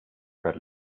per